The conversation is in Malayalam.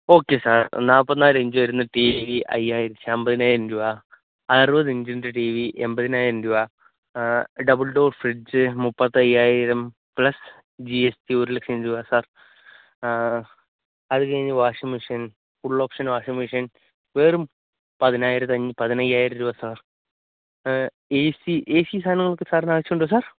ഓക്കേ സാര് നാൽപ്പത്തി നാല് ഇഞ്ച് വരുന്ന ടീ വി അയ്യായിരം അമ്പതിനായിരം രൂപ അറുപത്തി അഞ്ചിന്റെ ടീ വി എൺപതിനായിരം രൂപ ഡബിള് ഡോര് ഫ്രിഡ്ജ് മുപ്പ ത്തി അയ്യായിരം പ്ലസ് ജീ എസ് റ്റി ഒരു ലക്ഷം രൂപ സാര് ആ അതു കഴിഞ്ഞു washing machine full option washing machine വെറും പതിനായിരത്തി പതിനഞ്ചായിരം രൂപ sir A A C A C സാധനങ്ങളൊക്കെ സാറിന് ആവശ്യമുണ്ടോ സാര്